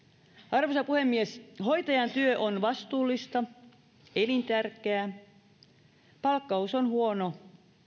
arvoisa puhemies hoitajan työ on vastuullista elintärkeää palkkaus on huono